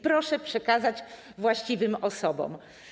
Proszę to przekazać właściwym osobom.